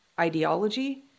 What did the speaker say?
ideology